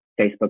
Facebook